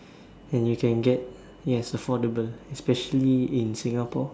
and you can get yes affordable especially in Singapore